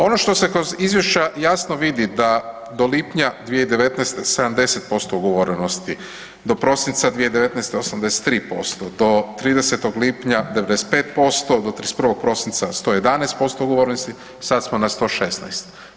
Ono što se kroz izvješća jasno vidi da do lipnja 2019. 70% ugovorenosti, do prosinca 2019. 83%, do 30. lipnja 95%, do 30. prosinca 111% ugovorenosti, sad smo na 116.